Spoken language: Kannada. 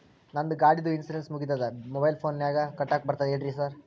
ನಂದ್ ಗಾಡಿದು ಇನ್ಶೂರೆನ್ಸ್ ಮುಗಿದದ ಮೊಬೈಲ್ ಫೋನಿನಾಗ್ ಕಟ್ಟಾಕ್ ಬರ್ತದ ಹೇಳ್ರಿ ಸಾರ್?